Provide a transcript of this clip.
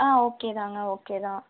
ஆ okay தாங்க okay தான்